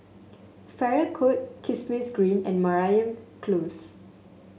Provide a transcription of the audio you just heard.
Farrer Court Kismis Green and Mariam Close